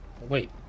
Wait